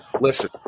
Listen